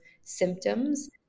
symptoms